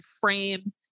frame